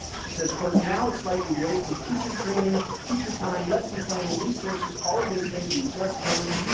she says, quote, now it's like we've wasted teacher training, teacher time, lesson planning resources, all of those things we've just done.